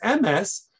MS